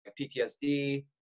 PTSD